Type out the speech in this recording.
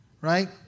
right